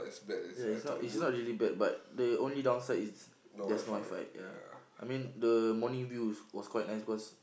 ya it's not it's not really bad but the only downside is there's no WiFi ya I mean the morning view is was quite nice because